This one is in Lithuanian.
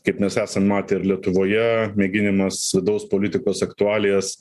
kaip mes esam matę ir lietuvoje mėginimas vidaus politikos aktualijas